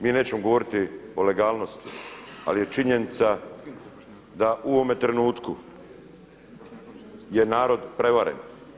Mi nećemo govoriti o legalnosti, ali je činjenica da u ovome trenutku je narod prevaren.